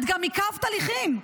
את גם עיכבת הליכים.